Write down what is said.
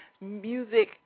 music